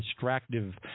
distractive